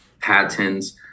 patents